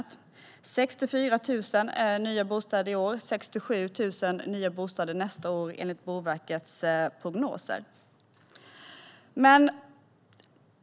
Det byggs 64 000 nya bostäder i år och 67 000 nya bostäder nästa år, enligt Boverkets prognoser.